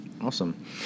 Awesome